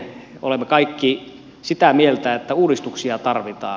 olemme kaikki sitä mieltä että uudistuksia tarvitaan